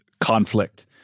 conflict